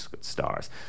stars